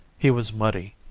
he was muddy.